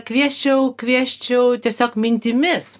kviesčiau kviesčiau tiesiog mintimis